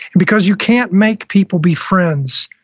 and because you can't make people be friends,